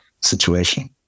situation